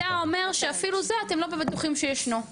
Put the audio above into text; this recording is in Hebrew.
ואתה אומר שאפילו זה אתם לא באמת בטוחים שישנו.